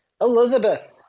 Elizabeth